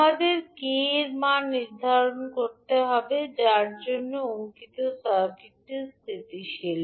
আমাদের K এর মান নির্ধারণ করতে হবে যার জন্য অঙ্কিত সার্কিটটি স্থিতিশীল